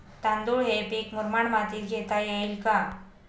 तांदूळ हे पीक मुरमाड मातीत घेता येईल का?